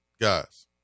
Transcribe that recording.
Guys